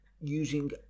using